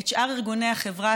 את שאר ארגוני החברה,